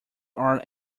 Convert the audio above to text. are